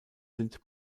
sind